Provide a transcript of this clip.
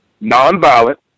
non-violent